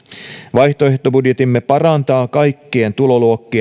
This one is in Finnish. vaihtoehtobudjettimme parantaa kaikkien tuloluokkien